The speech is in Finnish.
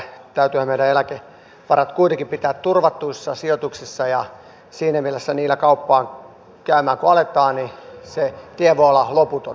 täytyyhän meidän eläkevarat kuitenkin pitää turvatuissa sijoituksissa ja siinä mielessä kun niillä aletaan käymään kauppaa niin se tie voi olla loputon